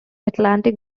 atlantic